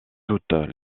toutes